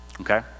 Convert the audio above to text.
Okay